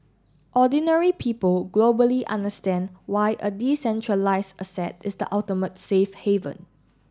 ordinary people globally understand why a decentralised asset is the ultimate safe haven